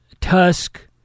Tusk